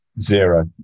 Zero